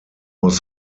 was